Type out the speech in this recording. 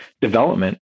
development